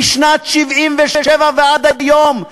משנת 1977 ועד היום.